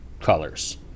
colors